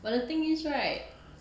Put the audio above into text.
but the thing is right